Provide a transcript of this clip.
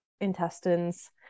intestines